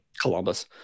Columbus